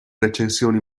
recensioni